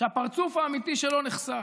שהפרצוף האמיתי שלו נחשף.